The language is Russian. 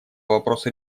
вопросу